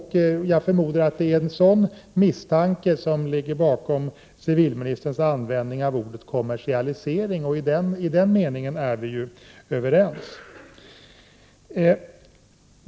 Jag förmodar att det är en sådan misstanke som ligger bakom civilministerns användning av ordet kommersialisering. I den meningen är vi överens.